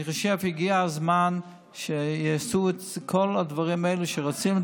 אני חושב שהגיע הזמן שיעשו את כל הדברים האלה שרוצים,